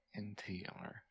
NTR